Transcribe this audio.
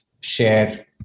share